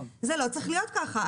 זה לא צריך להיות ככה.